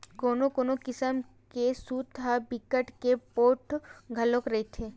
कोनो कोनो किसम के सूत ह बिकट के पोठ घलो रहिथे